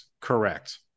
Correct